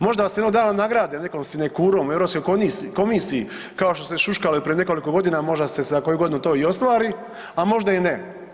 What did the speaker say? Možda vas jednog dana nagrade nekom sinekurom u Europskoj komisiji kao što se šuškalo i prije nekoliko godina, a možda se za koju godinu to i ostvari, a možda i ne.